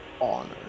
honor